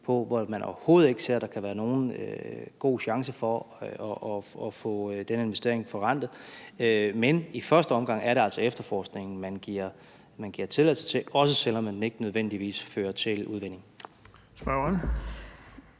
hvor man overhovedet ikke ser, at der kan være nogen god chance for at få investeringen forrentet. Men i første omgang er det altså efterforskningen, man giver tilladelse til, også selv om den ikke nødvendigvis fører til udvinding. Kl.